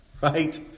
right